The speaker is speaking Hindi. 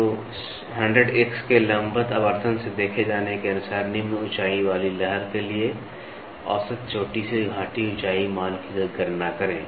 तो 100 X के लंबवत आवर्धन से देखे जाने के अनुसार निम्न ऊंचाई वाली लहर के लिए औसत चोटी से घाटी ऊंचाई मान की गणना करें